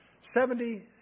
seventy